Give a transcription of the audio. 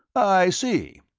i see.